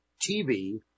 TV